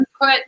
put